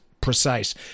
precise